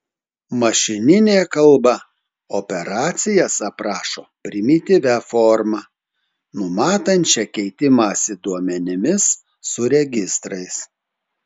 mašininė kalba operacijas aprašo primityvia forma numatančia keitimąsi duomenimis su registrais